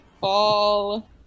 fall